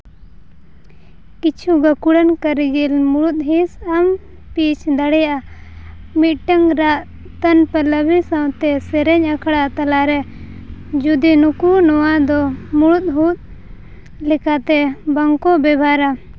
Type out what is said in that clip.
ᱠᱤᱪᱷᱩ ᱜᱟᱠᱷᱩᱲᱟᱱ ᱠᱟᱹᱨᱤᱜᱚᱞ ᱢᱩᱬᱩᱫ ᱦᱤᱸᱥ ᱟᱢ ᱯᱤᱪᱷ ᱫᱟᱲᱮᱭᱟᱜᱼᱟ ᱢᱤᱫᱴᱟᱹᱝ ᱨᱟᱜ ᱛᱟᱱ ᱯᱚᱞᱚᱵᱤ ᱥᱟᱶᱛᱮ ᱥᱮᱨᱮᱧ ᱟᱠᱷᱲᱟ ᱛᱟᱞᱟᱨᱮ ᱡᱩᱫᱤ ᱱᱩᱠᱩ ᱱᱚᱣᱟ ᱫᱚ ᱢᱩᱬᱩᱫ ᱞᱮᱠᱟᱛᱮ ᱵᱟᱝᱠᱚ ᱵᱮᱵᱷᱟᱨᱟ